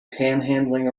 panhandling